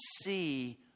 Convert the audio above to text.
see